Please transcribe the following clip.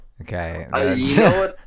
Okay